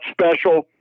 special